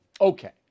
Okay